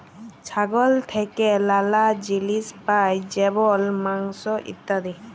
ছাগল থেক্যে লালা জিলিস পাই যেমল মাংস, ইত্যাদি